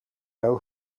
know